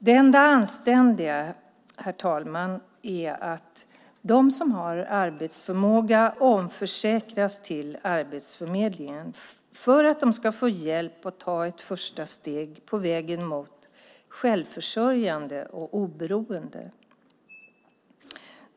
Det enda anständiga är att de som har arbetsförmåga omförsäkras till Arbetsförmedlingen för att de ska få hjälp och ta ett första steg på vägen mot självförsörjande och oberoende.